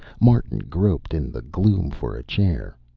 martin groped in the gloom for a chair.